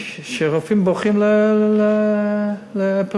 שרופאים בורחים לפריפריה.